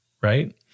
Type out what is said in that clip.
right